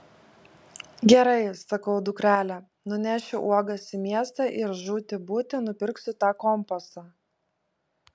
gerai sakau dukrele nunešiu uogas į miestą ir žūti būti nupirksiu tą kompasą